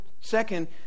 Second